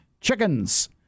chickens